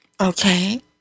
Okay